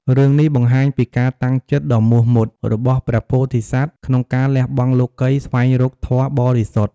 រឿងនេះបង្ហាញពីការតាំងចិត្តដ៏មោះមុតរបស់ព្រះពោធិសត្វក្នុងការលះបង់លោកិយ ស្វែងរកធម៌បរិសុទ្ធ។